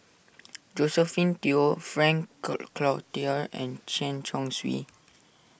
Josephine Teo Frank Cloutier and Chen Chong Swee